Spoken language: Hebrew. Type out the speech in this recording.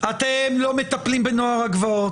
אתם לא מטפלים בנוער הגבעות.